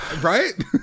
Right